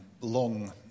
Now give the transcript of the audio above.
long